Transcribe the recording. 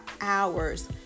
hours